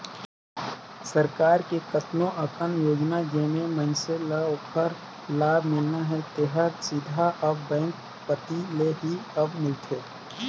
सरकार के कतनो अकन योजना जेम्हें मइनसे ल ओखर लाभ मिलना हे तेहर सीधा अब बेंक कति ले ही अब मिलथे